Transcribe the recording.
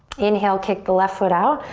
inhale, kick the left foot out.